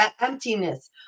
emptiness